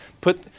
Put